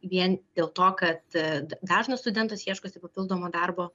vien dėl to kad dažnas studentas ieškosi papildomo darbo